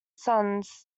sons